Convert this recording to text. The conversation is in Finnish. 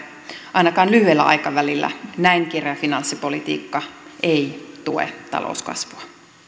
ainakaan lyhyellä aikavälillä näin kireä finanssipolitiikka ei tue talouskasvua